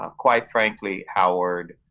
ah quite frankly, howard,